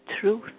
truth